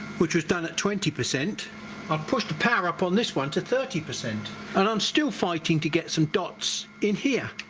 which was done at twenty percent i'll push the power up on this one to thirty percent and i'm still fighting to get some dots in here